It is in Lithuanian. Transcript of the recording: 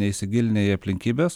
neįsigilinę į aplinkybes